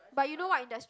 but you know what industry